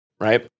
Right